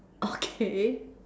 okay